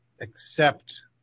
accept